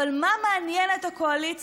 אבל מה מעניין את הקואליציה?